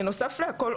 בנוסף להכול,